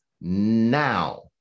now